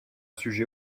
sujet